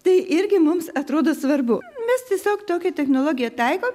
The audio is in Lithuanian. tai irgi mums atrodo svarbu mes tiesiog tokią technologiją taikom